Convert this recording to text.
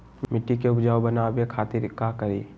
मिट्टी के उपजाऊ बनावे खातिर का करी?